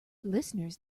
listeners